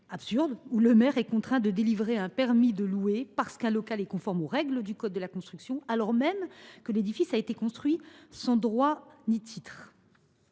absurdes, où le maire est contraint de délivrer un permis de louer parce qu’un local est conforme aux règles du code de la construction, alors même que l’édifice a été construit sans droit ni titre.